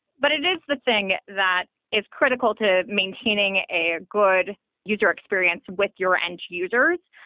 but it is the thing that is critical to maintaining a good user experience with your end users,